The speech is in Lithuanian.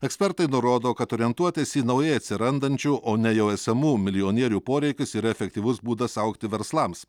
ekspertai nurodo kad orientuotis į naujai atsirandančių o ne jau esamų milijonierių poreikis yra efektyvus būdas augti verslams